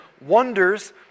wonders